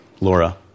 Laura